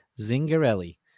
Zingarelli